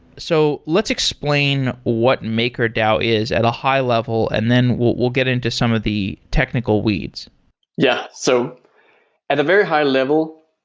so let's explain what makerdao is at a high-level and then we'll we'll get into some of the technical weeds yeah. so at the very high-level,